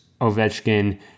Ovechkin